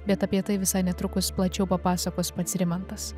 bet apie tai visai netrukus plačiau papasakos pats rimantas